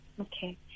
okay